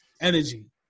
energy